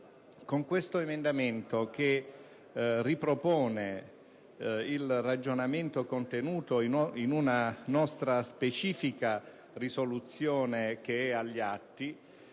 Con questo emendamento, che riprende il ragionamento contenuto in un nostra specifica proposta di risoluzione, che è agli atti,